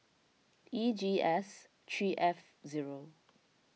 E G S three F zero